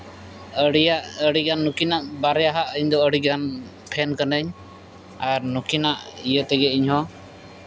ᱟᱹᱰᱤᱜᱟᱱ ᱱᱩᱠᱤᱱᱟᱜ ᱵᱟᱨᱭᱟ ᱟᱜ ᱤᱧᱫᱚ ᱟᱹᱰᱤᱜᱟᱱ ᱯᱷᱮᱱ ᱠᱟᱹᱱᱟᱹᱧ ᱟᱨ ᱱᱩᱠᱤᱱᱟᱜ ᱤᱭᱟᱹ ᱛᱮᱜᱮ ᱤᱧᱦᱚᱸ